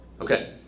Okay